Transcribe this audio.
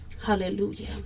Hallelujah